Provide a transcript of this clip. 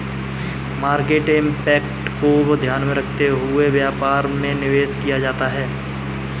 market impact को ध्यान में रखते हुए व्यापार में निवेश किया जाता है